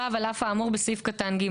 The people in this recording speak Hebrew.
(ו)על אף האמור בסעיף קטן (ג),